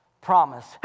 promise